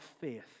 faith